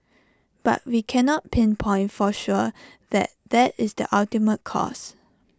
but we cannot pinpoint for sure that that is the ultimate cause